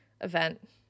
event